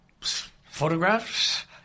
photographs